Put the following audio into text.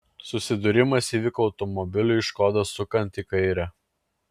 susidūrimas įvyko automobiliui škoda sukant į kairę